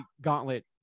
gauntlet